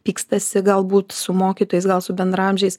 pykstasi galbūt su mokytojais gal su bendraamžiais